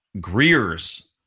Greer's